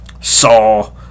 saw